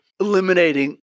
eliminating